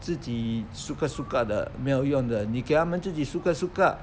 自己 suka suka 的没有用的你给他们自己 suka suka